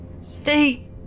stay